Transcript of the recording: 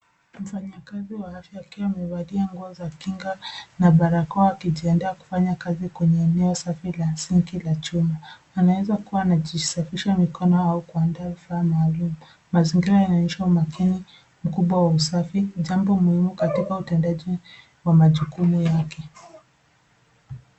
Mfanyakazi wa afya akiwa amevalia nguo za kinga na barakoa akitembea kufanya kazi kwenye eneo safi la sinki la chuma anaeza kuwa anajisafisha mkono au kuandaa vifaa maalum mazingira yanaonyesha umakini mkubwa wa usafi jambo muhimu katika utendaji wa majukumu yake